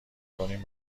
کنیم